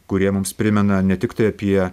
kurie mums primena ne tiktai apie